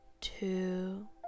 two